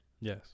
Yes